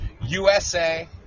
USA